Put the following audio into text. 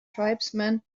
tribesmen